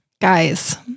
Guys